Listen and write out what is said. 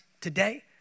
today